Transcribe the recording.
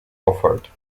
offered